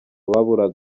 baburaga